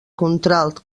contralt